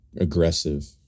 aggressive